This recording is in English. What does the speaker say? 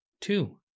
two